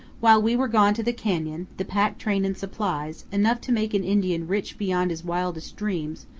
while we were gone to the canyon, the pack train and supplies, enough to make an indian rich beyond his wildest dreams,